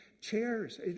chairs